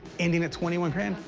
ended at twenty one grand,